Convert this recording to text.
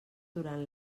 durant